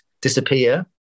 disappear